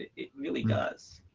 it really does.